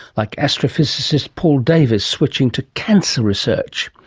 like astrophysicist paul davies switching to cancer research.